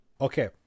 Okay